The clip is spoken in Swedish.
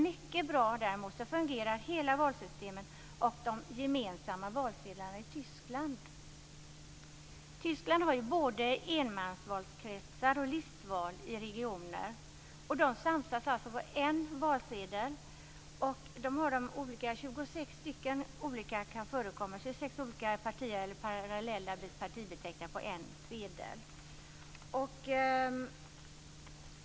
Mycket bra fungerar däremot hela valsystemet, och de gemensamma valsedlarna, i Tyskland. Tyskland har ju både enmansvalkretsar och listval i regioner. De samsas alltså på en valsedel. 26 olika partier eller partibeteckningar kan parallellt förekomma på en sedel.